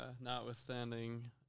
notwithstanding